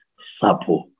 SAPO